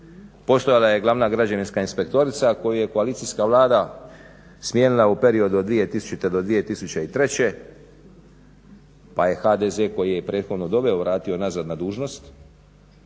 Postojala je glavna građevinska inspektorica koju je koalicijska Vlada smijenila u periodu od 2000. do 2003. pa je HDZ koji ju je prethodno doveo vratio nazad na dužnost